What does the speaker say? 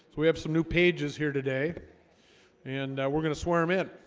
we have some new pages here today and we're going to swim in